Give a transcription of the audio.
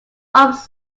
arms